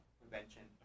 prevention